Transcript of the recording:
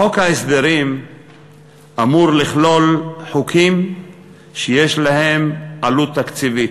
חוק ההסדרים אמור לכלול חוקים שיש להם עלות תקציבית,